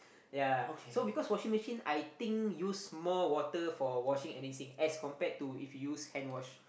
ya so because washing machine I think use more water for washing and rinsing as compared to if use hand wash